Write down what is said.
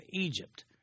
Egypt